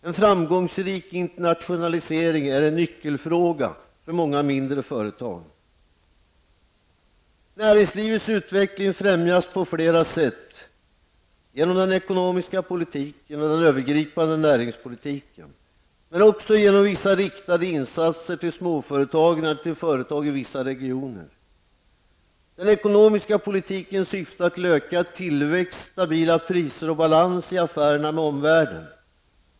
En framgångsrik internationalisering är en nyckelfråga för många mindre företag. Näringslivets utveckling främjas på flera sätt: genom den ekonomiska politiken och den övergripande näringspolitiken men också genom vissa riktade insatser till småföretagen eller till företag i vissa regioner. Den ekonomiska politiken syftar till ökad tillväxt, stabila priser och balans i affärerna med omvärlden.